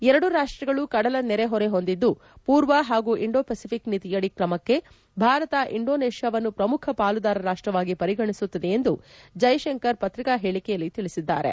ಎರಡೂ ರಾಷ್ಟ್ರಗಳು ಕಡಲ ನೆರೆಹೊರೆ ಹೊಂದಿದ್ದು ಪೂರ್ವ ಹಾಗೂ ಇಂಡೋ ಪೆಸಿಫಿಕ್ ನೀತಿಯಡಿ ಕ್ರಮಕ್ಕೆ ಭಾರತ ಇಂಡೋನೇಷ್ಯಾವನ್ನು ಪ್ರಮುಖ ಪಾಲುದಾರ ರಾಷ್ಟವಾಗಿ ಪರಿಗಣಿಸುತ್ತದೆ ಎಂದು ಜೈಶಂಕರ್ ಪತ್ರಿಕಾ ಹೇಳಿಕೆಯಲ್ಲಿ ತಿಳಿಸಿದ್ದಾರೆ